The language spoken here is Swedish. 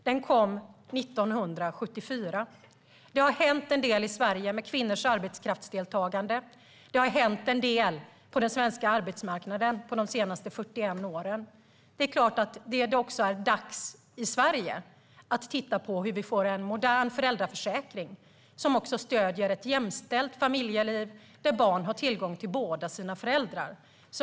Den kom 1974. Det har hänt en del i Sverige med kvinnors arbetskraftsdeltagande. Det har hänt en del på den svenska arbetsmarknaden de senaste 41 åren. Det är klart att det då är dags i Sverige att titta på hur vi kan få en modern föräldraförsäkring som stöder ett jämställt familjeliv där barn har tillgång till båda sina föräldrar.